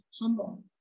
humble